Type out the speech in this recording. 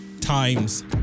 times